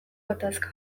gatazka